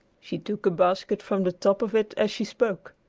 she took a basket from the top of it as she spoke.